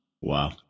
Wow